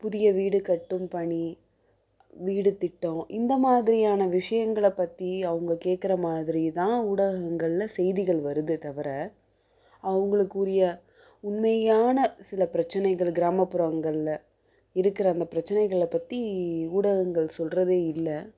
புதிய வீடு கட்டும் பணி வீடு திட்டம் இந்த மாதிரியான விஷயங்கள பற்றி அவங்க கேக்கிற மாதிரிதான் ஊடகங்களில் செய்திகள் வருதே தவிர அவங்களுக்கு உரிய உண்மையான சில பிரச்சனைகள் கிராமப்புறங்களில் இருக்கிற அந்த பிரச்னைகளை பற்றி ஊடகங்கள் சொல்கிறது இல்லை